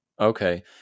Okay